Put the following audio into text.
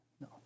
No